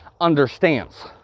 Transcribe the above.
understands